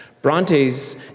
Bronte's